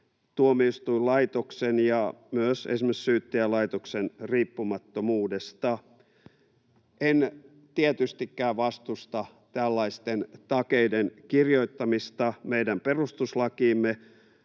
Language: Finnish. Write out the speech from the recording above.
tuomioistuinlaitoksen ja myös esimerkiksi Syyttäjälaitoksen riippumattomuudesta. En tietystikään vastusta tällaisten takeiden kirjoittamista meidän perustuslakiimme,